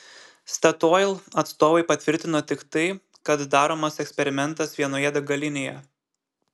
statoil atstovai patvirtino tik tai kad daromas eksperimentas vienoje degalinėje